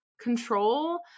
control